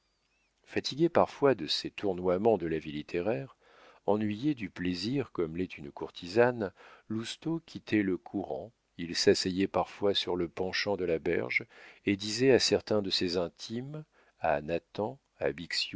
fatigué parfois de ces tournoiements de la vie littéraire ennuyé du plaisir comme l'est une courtisane lousteau quittait le courant il s'asseyait parfois sur le penchant de la berge et disait à certains de ses intimes à